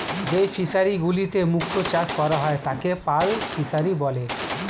যেই ফিশারি গুলিতে মুক্ত চাষ করা হয় তাকে পার্ল ফিসারী বলে